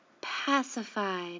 pacified